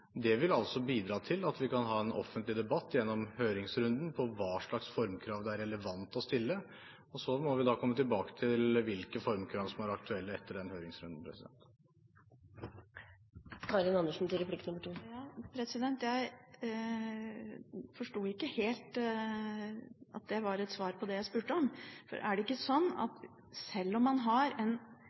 Det vil bidra til at vi kan ha en offentlig debatt gjennom høringsrunden på hva slags formkrav det er relevant å stille. Og så må vi da komme tilbake til hvilke formkrav som er aktuelle etter den høringsrunden. Jeg forstår ikke helt at det var et svar på det jeg spurte om. Er det ikke sånn at sjøl om man har en